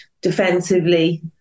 defensively